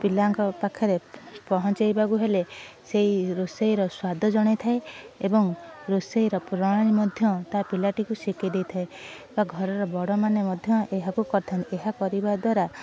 ପିଲାଙ୍କ ପାଖରେ ପହଞ୍ଚାଇବାକୁ ହେଲେ ସେଇ ରୋଷେଇର ସ୍ଵାଦ ଜଣାଇଥାଏ ଏବଂ ରୋଷେଇର ପ୍ରଣାଳୀ ମଧ୍ୟ ତା ପିଲାଟିକୁ ଶିଖାଇ ଦେଇଥାଏ ବା ଘରର ବଡ଼ ମାନେ ମଧ୍ୟ ଏହା କରିଥାନ୍ତି ଏହା କରିବା ଦ୍ଵାରା